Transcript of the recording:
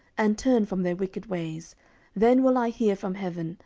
and turn from their wicked ways then will i hear from heaven,